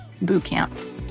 bootcamp